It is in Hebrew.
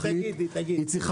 היא תגיד, היא תגיד.